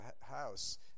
house